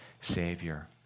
Savior